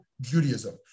Judaism